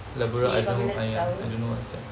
okay apa apa lah tak tau